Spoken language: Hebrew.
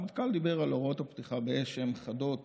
הרמטכ"ל אמר על הוראות הפתיחה באש שהן חדות